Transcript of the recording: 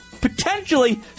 potentially